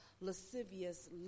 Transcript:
lascivious